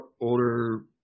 older